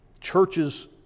Churches